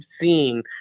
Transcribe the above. seen